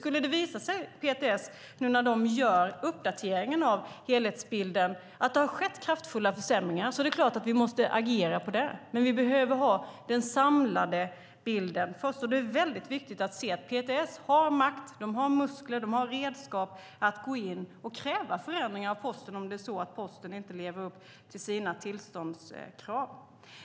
Skulle det visa sig när PTS nu gör uppdateringen av helhetsbilden att det har skett kraftiga försämringar är det klart att vi måste agera, men vi behöver ha den samlade bilden först. Det är väldigt viktigt att se att PTS har makt, muskler och redskap att gå in och kräva förändringar av Posten om Posten inte lever upp till sina tillståndskrav.